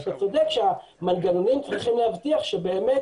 אתה צודק שהמנגנונים צריכים להבטיח שבאמת